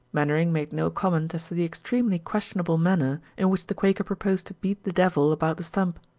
mainwaring made no comment as to the extremely questionable manner in which the quaker proposed to beat the devil about the stump.